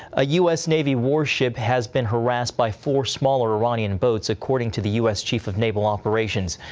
a u s. navy warship has been harassed by four smaller iranian boats, according to the u s. chief of naval operations.